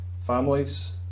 Families